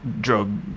drug